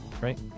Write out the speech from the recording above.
right